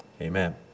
Amen